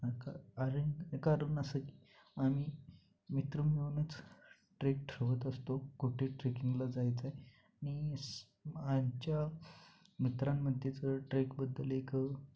कारण का आरण कारण असं की आम्ही मित्र मिळूनच ट्रेक ठरवत असतो कुठे ट्रेकिंगला जायचं आहे आणि आमच्या मित्रांमध्येच ट्रेकबद्दल एक